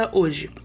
hoje